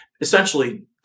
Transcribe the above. essentially